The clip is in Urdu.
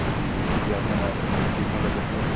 جی جی آپ نے ماشٹرس کس چیز میں کر رکھی ہے